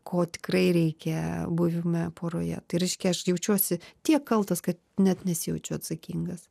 ko tikrai reikia buvime poroje tai reiškia aš jaučiuosi tiek kaltas kad net nesijaučiu atsakingas